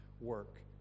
work